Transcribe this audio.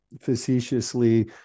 facetiously